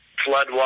Floodwater